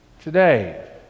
Today